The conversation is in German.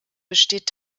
besteht